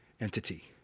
entity